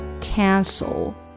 Cancel